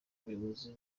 umuyobozi